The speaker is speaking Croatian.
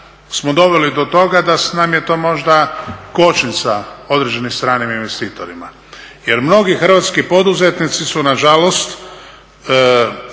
smo doveli do toga da nam je to možda kočnica određenim stranim investitorima. Jer mnogi hrvatski poduzetnici su nažalost